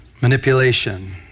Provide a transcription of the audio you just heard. manipulation